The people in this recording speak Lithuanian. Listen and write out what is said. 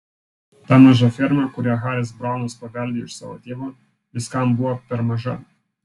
ta maža ferma kurią haris braunas paveldėjo iš savo tėvo viskam buvo per maža